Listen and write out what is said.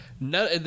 None